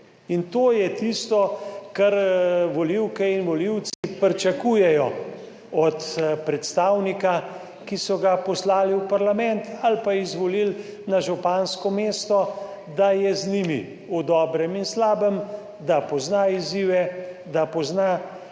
in to je tisto kar volivke in volivci pričakujejo od predstavnika, ki so ga poslali v parlament ali pa izvolili na župansko mesto, da je z njimi v dobrem in slabem, da pozna izzive, da pozna